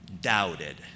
doubted